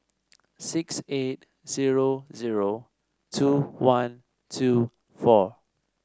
six eight zero zero two one two four